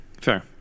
Fair